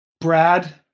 Brad